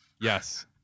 Yes